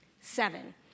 seven